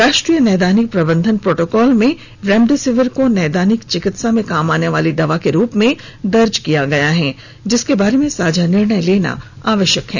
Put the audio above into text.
राष्ट्रीय नैदानिक प्रबंधन प्रोटोकॉल में रेमडेसिविर को नैदानिक चिकित्सा में काम आने वाली दवा के रूप में दर्ज किया गया है जिसके बारे में साझा निर्णय लेना आवश्यक है